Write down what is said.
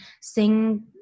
sing